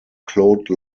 claude